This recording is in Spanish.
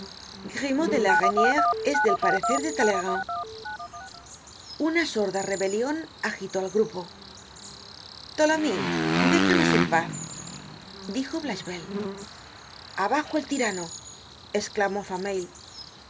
grimaud de la reyniere es del parecer de talleyrand una sorda rebelion agitó al grupo tholomyes déjanos en paz dijo blachevelle abajo el tirano esclamó fameuil